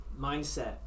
mindset